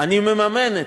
אני מממנת,